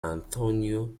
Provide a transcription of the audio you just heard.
antonio